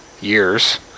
years